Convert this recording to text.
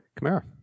Kamara